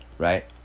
right